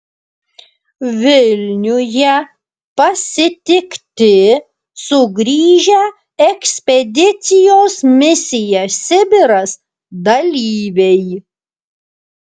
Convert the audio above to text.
vilniuje pasitikti sugrįžę ekspedicijos misija sibiras dalyviai